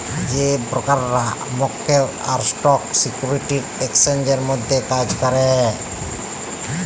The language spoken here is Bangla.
যে ব্রকাররা মক্কেল আর স্টক সিকিউরিটি এক্সচেঞ্জের মধ্যে কাজ ক্যরে